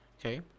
Okay